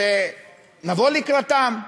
שנבוא לקראתם,